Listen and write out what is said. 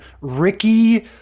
ricky